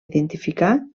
identificar